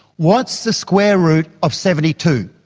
what's the square root of seventy two?